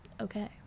Okay